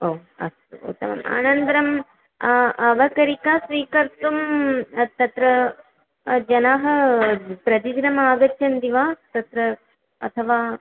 ओ अस्तु उत्तमम् अनन्तरं अवकरिकां स्वीकर्तुं तत्र जनाः प्रतिदिनम् आगच्छन्ति वा तत्र अथवा